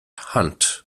hunt